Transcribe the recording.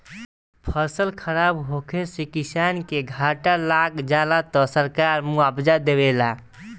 फसल खराब होखे से किसान के घाटा लाग जाला त सरकार मुआबजा देवेला